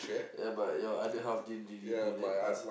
ya but your other half didn't really do that because